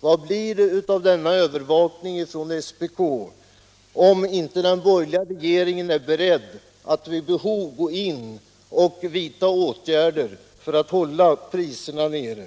Vad blir det av denna övervakning från SPK om inte den borgerliga regeringen är beredd att vid behov gå in och vidta åtgärder för att hålla priserna nere?